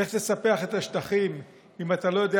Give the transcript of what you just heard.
איך תספח את השטחים אם אתה לא יודע